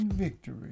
victory